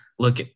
look